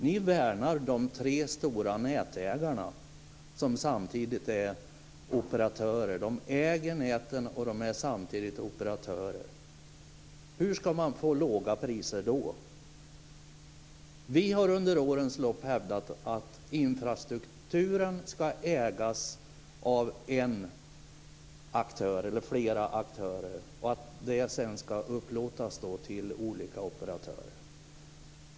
Ni värnar de tre stora nätägarna, som samtidigt är operatörer. De äger näten och är samtidigt operatörer. Hur ska man då få låga priser? Vi har under årens lopp hävdat att infrastrukturen ska ägas av en aktör eller flera aktörer och att den sedan ska upplåtas till olika operatörer.